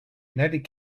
united